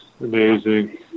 Amazing